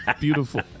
beautiful